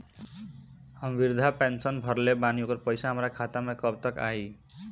हम विर्धा पैंसैन भरले बानी ओकर पईसा हमार खाता मे कब तक आई?